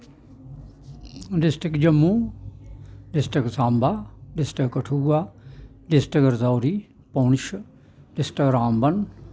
district Jammu district Samba district Kathua district Rajouri Poonch district Ramban